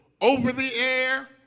over-the-air